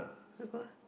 uh go ah